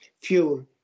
fuel